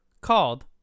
called